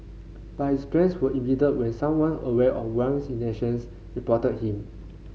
but his plans were impeded when someone aware of Wang's intentions reported him